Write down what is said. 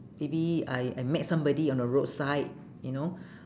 maybe I I met somebody on the roadside you know